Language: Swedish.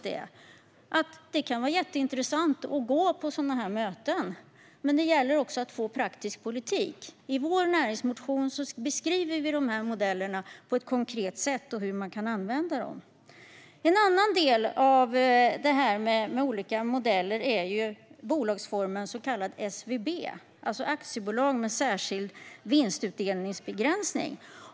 Det kan vara jätteintressant att gå på sådana möten, men det gäller också att få praktisk politik. I vår näringslivsmotion beskriver vi dessa modeller på ett konkret sätt och hur man kan använda dem. En annan del när det gäller olika modeller är bolagsformen SVB, alltså aktiebolag med särskild vinstutdelningsbegränsning.